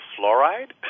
fluoride